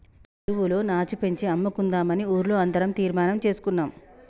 చెరువులో నాచు పెంచి అమ్ముకుందామని ఊర్లో అందరం తీర్మానం చేసుకున్నాం